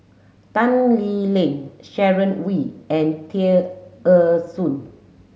Tan Lee Leng Sharon Wee and Tear Ee Soon